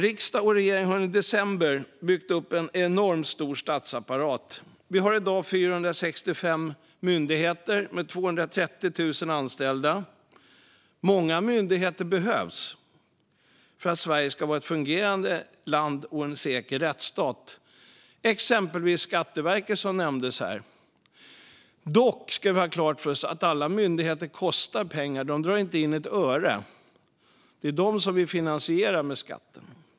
Riksdag och regering har i decennier byggt upp en enormt stor statsapparat. Vi har i dag 465 myndigheter med 230 000 anställda. Många myndigheter behövs för att Sverige ska vara ett fungerande land och en säker rättsstat, exempelvis Skatteverket, som nämndes här. Dock ska vi ha klart för oss att alla myndigheter kostar pengar. De drar inte in ett öre. Det är dem som vi finansierar med skatterna.